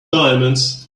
diamonds